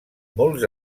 molts